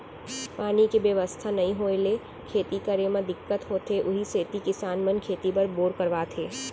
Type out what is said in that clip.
पानी के बेवस्था नइ होय ले खेती करे म दिक्कत होथे उही सेती किसान मन खेती बर बोर करवात हे